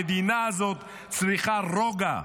המדינה הזאת צריכה רוגע,